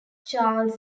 charles